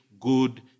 good